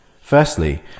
Firstly